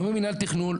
לא ממינהל התכנון,